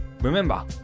remember